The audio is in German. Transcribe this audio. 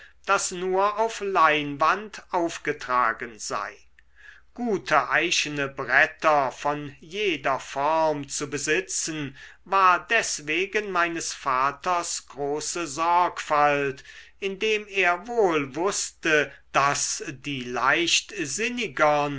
das nur auf leinwand aufgetragen sei gute eichene bretter von jeder form zu besitzen war deswegen meines vaters große sorgfalt indem er wohl wußte daß die